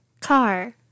Car